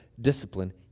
discipline